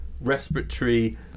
respiratory